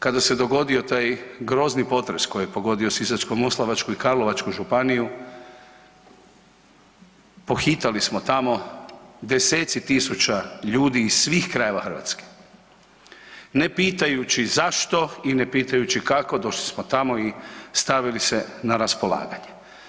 Kada se dogodio taj grozni potres koji je pogodio Sisačko-moslavačku i Karlovačku županiju pohitali smo tamo, deseci tisuća ljudi iz svih krajeva Hrvatske ne pitajući zašto i ne pitajući kako došli smo tamo i stavili se na raspolaganje.